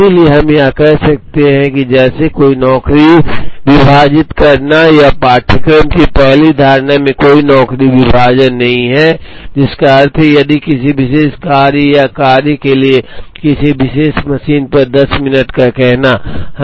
इसलिए हम यह कह सकते हैं कि जैसे कोई नौकरी विभाजित करना या पाठ्यक्रम की पहली धारणा कोई नौकरी विभाजन नहीं है जिसका अर्थ है कि यदि किसी विशेष कार्य या कार्य के लिए किसी विशेष मशीन पर 10 मिनट का कहना है